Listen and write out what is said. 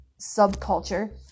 subculture